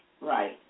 Right